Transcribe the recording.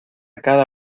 cada